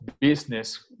business